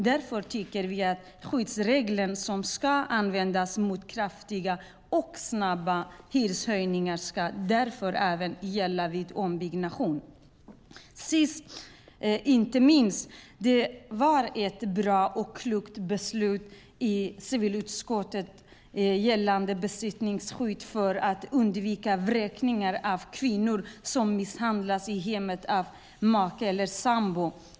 Därför anser vi att skyddsregeln som kan användas mot kraftiga och snabba hyreshöjningar även ska gälla vid ombyggnader. Sist men inte minst: Det var ett bra och klokt beslut som civilutskottet tog om besittningsskydd för att undvika vräkning av kvinnor som misshandlas i hemmet av make eller sambo.